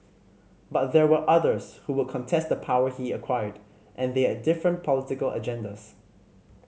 but there were others who would contest the power he acquired and they had different political agendas